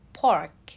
pork